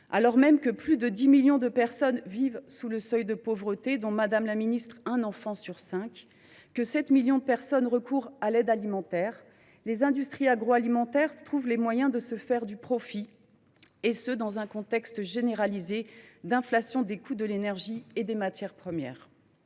Alors même que plus de 10 millions de personnes vivent sous le seuil de pauvreté, dont un enfant sur cinq, madame la ministre, et alors que 7 millions de personnes recourent à l’aide alimentaire, les industries agroalimentaires trouvent les moyens de faire des profits, dans un contexte généralisé d’inflation des coûts de l’énergie et des matières premières.